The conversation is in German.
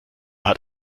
hat